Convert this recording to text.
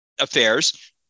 affairs